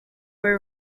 were